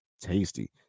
tasty